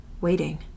waiting